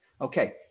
Okay